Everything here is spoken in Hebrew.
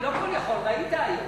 אני לא כול-יכול, ראית היום.